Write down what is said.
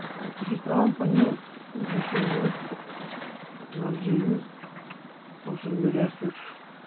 بہٕ چھُس تراوان پَنٕنہِ جی سی ایم منٛز ٹیکنالوجی ہِنٛز سوشَل میٖڈیا ہَس پٮ۪ٹھ